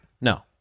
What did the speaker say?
No